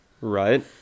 Right